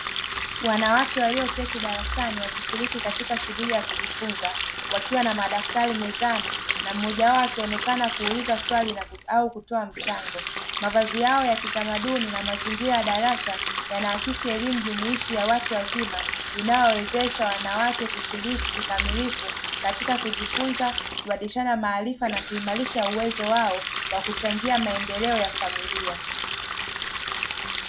Wanawake walioketi darasani wakishiriki katika shughuli ya kujifunza wakiwa na madaftari mezani na mmoja wao akionekana kuuliza swali au kutoa mchango mavazi yao ya kitamaduni na mazingira ya darasa yanaakisi elimu jumuishi ya watu wazima inayowezesha wanawake kushiriki kikamilifu katika kujifunza kubadilishana maarifa na kuimarisha uwezo wao wa kuchangia maendeleo ya familia.